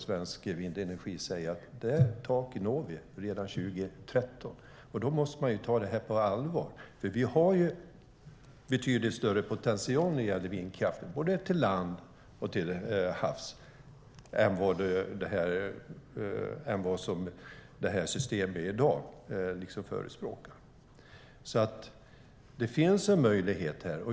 Svensk Vindenergi säger att vi når det taket redan 2013. Vi måste ta det på allvar. Vi har betydligt större potential när det gäller vindkraft, både till lands och till havs, än vad systemet i dag förespråkar.